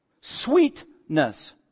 sweetness